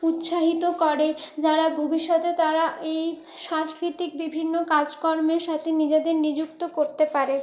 উৎসাহিত করে যারা ভবিষ্যতে তারা এই সাংস্কৃতিক বিভিন্ন কাজকর্মের সাথে নিজেদের নিযুক্ত করতে পারে